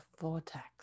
vortex